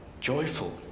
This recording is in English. joyful